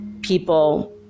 people